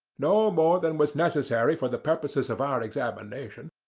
no more than was necessary for the purposes of our examination.